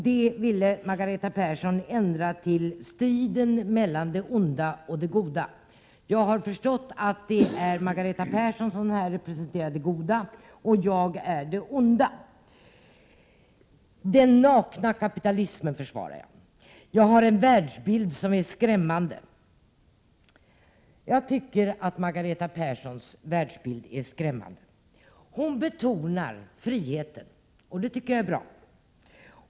Detta ville Margareta Persson ändra till frågan om striden mellan det onda och det goda. Jag har förstått att det är Margareta Persson som här representerar det goda och att jag är det onda. Den nakna kapitalismen försvarar jag, och jag har en världsbild som är skrämmande. Jag tycker att Margareta Perssons världsbild är skrämmande. Hon betonar friheten, och det tycker jag är bra.